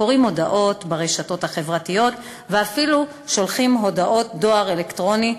קוראים הודעות ברשתות החברתיות ואפילו שולחים הודעות דואר אלקטרוני,